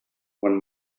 one